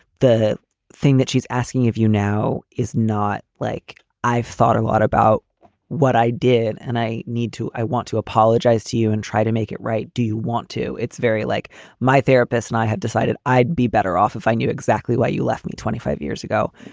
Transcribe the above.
the thing that she's asking of you now is not like i thought a lot about what i did. and i need to. i want to apologize to you and try to make it right. do you want to? it's very like my therapist and i had decided i'd be better off if i knew exactly exactly why you left me twenty five years ago.